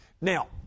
Now